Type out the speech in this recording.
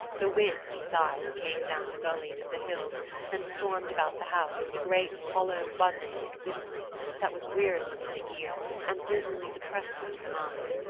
the wind, besides, came down the gullies of the hills and stormed about the house with a great, hollow buzzing and whistling that was wearisome to the ear and dismally depressing to the mind.